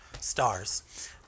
Stars